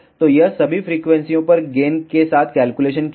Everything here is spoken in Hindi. तो यह सभी फ्रीक्वेंसीयों पर गेन के साथ कैलकुलेशन किया है